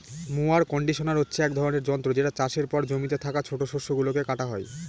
mower conditioner হচ্ছে এক ধরনের যন্ত্র যেটা চাষের পর জমিতে থাকা ছোট শস্য গুলোকে কাটা হয়